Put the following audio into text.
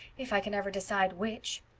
if i can ever decide which.